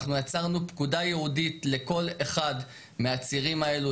אנחנו יצרנו פקודה ייעודית לכל אחד מהצירים האלו.